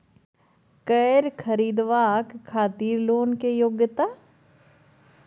कैर खरीदवाक खातिर लोन के योग्यता?